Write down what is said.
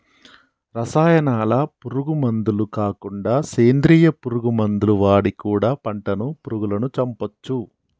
రసాయనాల పురుగు మందులు కాకుండా సేంద్రియ పురుగు మందులు వాడి కూడా పంటను పురుగులను చంపొచ్చు